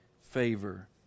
favor